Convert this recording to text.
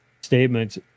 statements